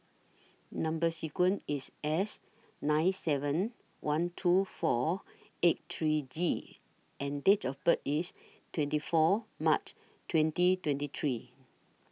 Number sequence IS S nine seven one two four eight three G and Date of birth IS twenty four March twenty twenty three